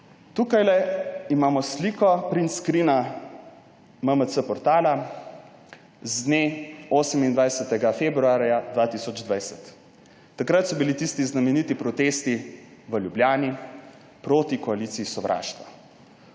Tukajle imamo sliko print screena MMC portala z dne 28. februarja 2020. Takrat so bili tisti znameniti protesti v Ljubljani proti koaliciji sovraštva,